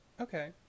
okay